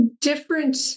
different